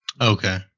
Okay